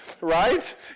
Right